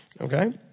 Okay